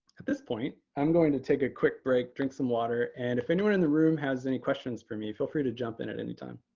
at this point, i'm going to take a quick break, drink some water, and if you're in the room has any questions for me, feel free to jump in at anytime.